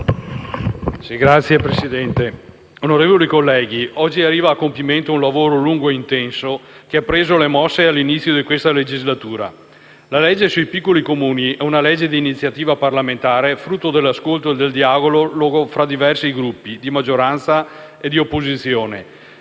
Signora Presidente, onorevoli colleghi, oggi arriva a compimento un lavoro lungo e intenso che ha preso le mosse all'inizio di questa legislatura. Quella sui piccoli Comuni è una legge di iniziativa parlamentare frutto dell'ascolto e del dialogo fra diversi Gruppi, di maggioranza e di opposizione,